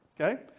okay